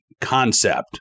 concept